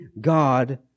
God